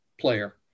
player